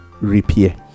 repair